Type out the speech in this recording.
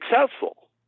successful